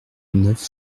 neuf